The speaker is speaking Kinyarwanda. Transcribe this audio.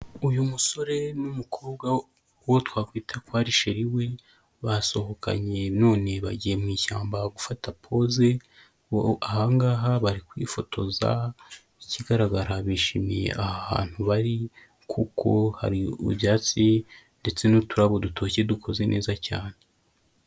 Uyu musore n'umukobwa uwo twakwita ko sheri we basohokanye none bagiye mu ishyamba gufata poze ahangaha bari kwifotoza ikigaragara bishimiye aha ahantu bari kuko hari ibyatsi ndetse n'uturabo dutoshye dukoze neza cyane.